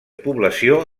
població